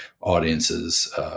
audiences